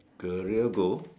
career goal